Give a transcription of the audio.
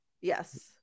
Yes